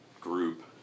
group